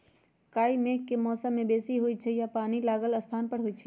काई मेघ के मौसम में बेशी होइ छइ आऽ पानि लागल स्थान पर होइ छइ